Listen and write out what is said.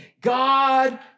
God